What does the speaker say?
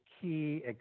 key